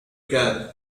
can